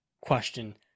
question